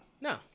No